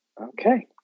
okay